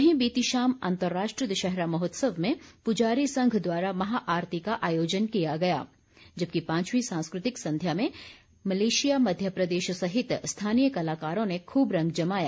वहीं बीती शाम अतंर्राष्ट्रीय दशहरा महोत्सव में पुजारी संघ दवारा महाआरती का आयोजन किया गया था जबकि पांचवी सांस्कृतिक संध्या में मलेशिया मध्यप्रदेश सहित स्थानीय कलाकारों ने खूब रंग जमाया